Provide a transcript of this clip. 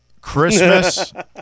Christmas